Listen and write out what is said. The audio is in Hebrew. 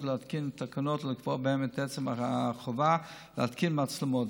להתקין תקנות ולקבוע בהן את עצם החובה להתקין מצלמות,